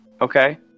okay